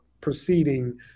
proceeding